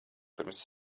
pirms